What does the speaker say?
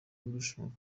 w’irushanwa